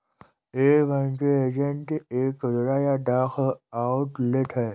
एक banking agent एक खुदरा या डाक आउटलेट है